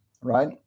right